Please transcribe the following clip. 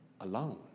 alone